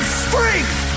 strength